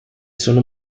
sono